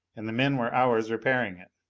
and the men were hours repairing it.